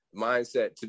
mindset